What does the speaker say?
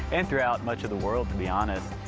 and throughout much of the world to be honest.